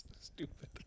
Stupid